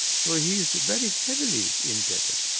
so he's very heavily indebted.